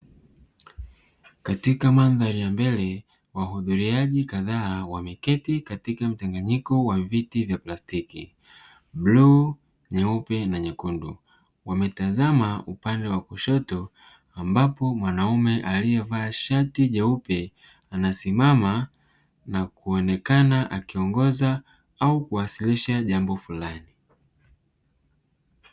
Katika mandhari ya mbele wahudhuriaji kadhaa wameketi katika mchanganyiko wa viti vya plastiki bluu, nyeupe, na nyekundu wametazama upande wa kushoto ambapo mwanaume aliyevaa shati jeupe anasimama na kuonekana akiongoza au kuwasilisha jambo fulani.